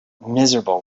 miserable